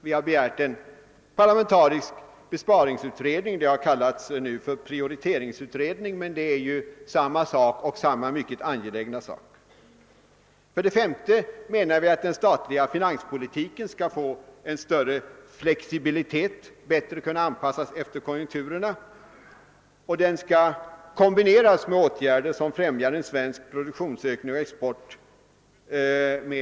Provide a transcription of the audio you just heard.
Vi har begärt en parlamentarisk besparingsutredning, den har nu kallats för prioriteringsutredning, men det är ju samma sak och samma mycket angelägna sak. För det femte menar vi att den statliga finanspolitiken bör få en större flexibilitet, så att den bättre kan anpassas efter konjunkturerna, och den skall kunna kombineras med åtgärder som främjar en svensk produktionsökning och export.